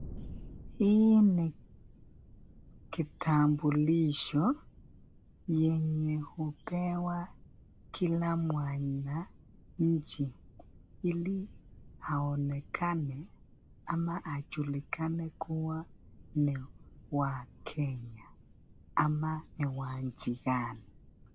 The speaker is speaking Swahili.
Hii ni kitambulisho yenye hupewa kila mwananchi ili aonekane ama ajulikane kuwa ni wa Kenya ama ni wa inchi gani.